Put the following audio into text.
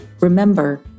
remember